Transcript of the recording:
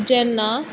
जेन्ना